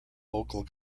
local